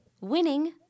winning